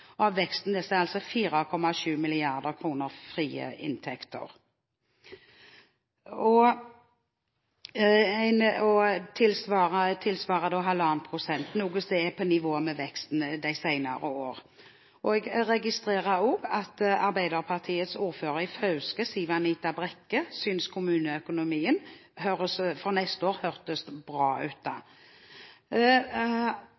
kr. Av veksten er 4,7 mrd. kr frie inntekter. Det tilsvarer 1,5 pst., noe som er på nivå med veksten de senere år. Jeg registrerer også at Arbeiderpartiets ordfører i Fauske, Siv Anita Johnsen Brekke, synes kommuneøkonomien for neste år høres bra